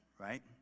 right